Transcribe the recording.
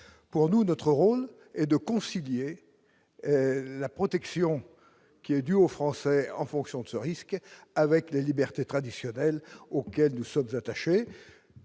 pour nous, notre rôle est de concilier. La protection qui est dû aux Français en fonction de ce risque avec les libertés traditionnelles auxquelles nous sommes attachés,